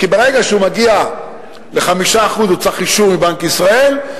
כי ברגע שהוא מגיע ל-5% הוא צריך אישור מבנק ישראל,